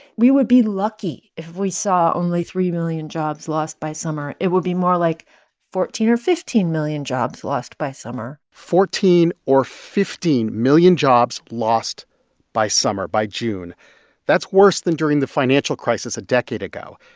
we would be lucky if we saw only three million jobs lost by summer. it would be more like fourteen or fifteen million jobs lost by summer fourteen or fifteen million jobs lost by summer, by june that's worse than during the financial crisis a decade ago.